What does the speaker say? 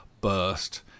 burst